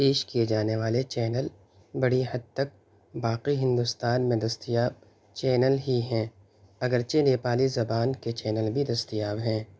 پیش کیے جانے والے چینل بڑی حد تک باقی ہندوستان میں دستیاب چینل ہی ہیں اگرچہ نیپالی زبان کے چینل بھی دستیاب ہیں